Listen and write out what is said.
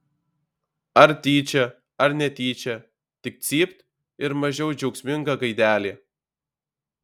ar tyčia ar netyčia tik cypt ir mažiau džiaugsminga gaidelė